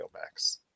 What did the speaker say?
Max